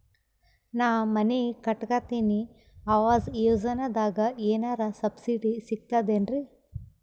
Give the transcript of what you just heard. ನಾ ಮನಿ ಕಟಕತಿನಿ ಆವಾಸ್ ಯೋಜನದಾಗ ಏನರ ಸಬ್ಸಿಡಿ ಸಿಗ್ತದೇನ್ರಿ?